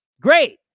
great